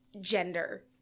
gender